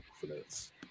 confidence